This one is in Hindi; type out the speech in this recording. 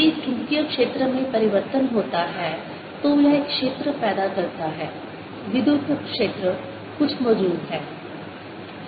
यदि चुंबकीय क्षेत्र में परिवर्तन होता है तो यह एक क्षेत्र पैदा करता है विद्युत क्षेत्र कुछ मौजूद है